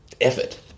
effort